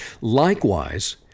Likewise